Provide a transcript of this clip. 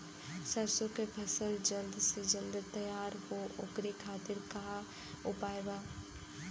सरसो के फसल जल्द से जल्द तैयार हो ओकरे खातीर का उपाय बा?